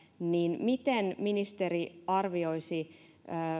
niin miten ministeri arvioisi